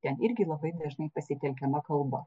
ten irgi labai dažnai pasitelkiama kalba